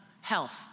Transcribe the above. health